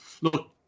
look